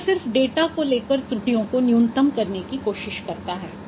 वह सिर्फ डेटा को लेकर त्रुटियों को न्यूनतम करने की कोशिश करता है